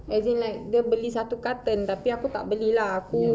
as in like the dia beli satu carton tapi aku tak beli lah